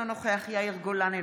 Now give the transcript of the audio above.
אינו נוכח יאיר גולן,